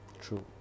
True